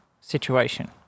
situation